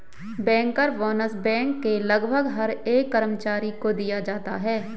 banker bonus bank के लगभग हर एक कर्मचारी को दिया जाता है